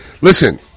Listen